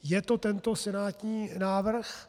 Je to tento senátní návrh.